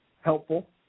helpful